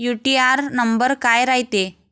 UTR number काय रायते?